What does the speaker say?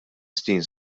snin